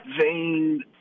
vein